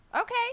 Okay